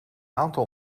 aantal